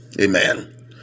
Amen